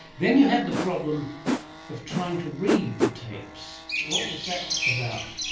then you had the problem of trying to read the tapes. what was that about?